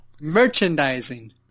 Merchandising